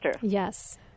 Yes